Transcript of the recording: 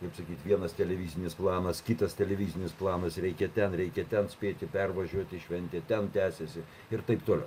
kaip sakyt vienas televizinis planas kitas televizinis planas reikia ten reikia ten spėti pervažiuoti šventė ten tęsiasi ir aip toliau